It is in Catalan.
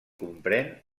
comprèn